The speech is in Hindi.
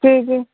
जी जी